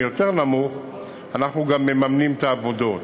יותר נמוך אנחנו גם מממנים את העבודות.